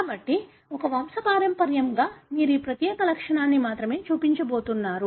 కాబట్టి ఒక వంశపారంపర్యంగా మీరు ఆ ప్రత్యేక లక్షణాన్ని మాత్రమే చూపించబోతున్నారు